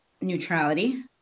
neutrality